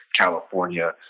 California